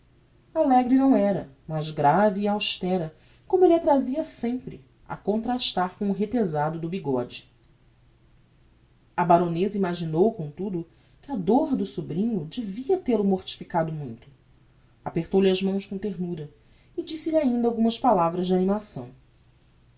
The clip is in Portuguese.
alegre não era mas grave e austera como elle a trazia sempre a contrastar com o retezado do bigode a baroneza imaginou comtudo que a dor do sobrinho devia te lo mortificado muito apertou-lhe as mãos com ternura e disse-lhe ainda algumas palavras de animação